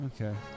Okay